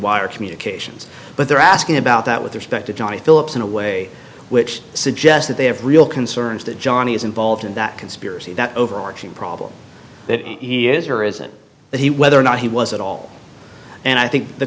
wire communications but they're asking about that with respect to johnny phillips in a way which suggests that they have real concerns that johnny is involved in that conspiracy that overarching problem that he is or isn't that he whether or not he was at all and i think the